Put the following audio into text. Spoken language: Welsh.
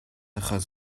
achos